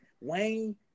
Wayne